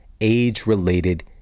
age-related